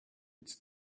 its